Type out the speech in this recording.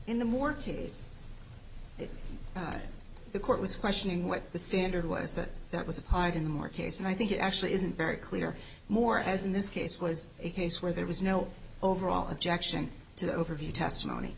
in the more case that the court was questioning what the standard was that that was applied in more cases i think it actually isn't very clear more as in this case was a case where there was no overall objection to the overview testimony